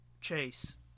chase